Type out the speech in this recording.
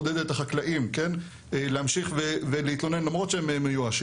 גם איך הוא מעודד את החקלאים להמשיך ולהתלונן למרות שהם מיואשים,